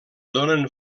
donen